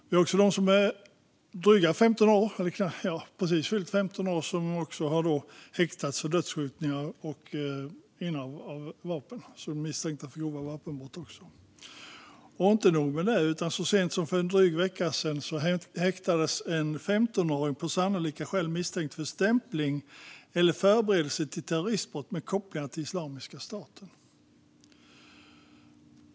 Vi har också 15-åringar som har häktats misstänkta för dödsskjutningar, innehav av vapen och grova vapenbrott. Det är inte nog med detta, för så sent som för en dryg vecka sedan häktades en 15-åring på sannolika skäl misstänkt för stämpling eller förberedelse till terroristbrott med kopplingar till Islamiska staten.